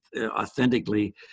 authentically